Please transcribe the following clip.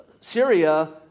Syria